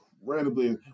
incredibly